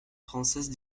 française